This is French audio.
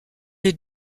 les